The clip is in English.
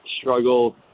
struggle